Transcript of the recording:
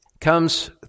comes